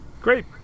Great